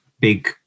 big